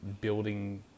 building